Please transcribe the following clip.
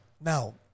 Now